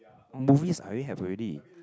movies I already have already